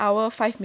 oh